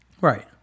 Right